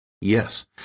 Yes